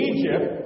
Egypt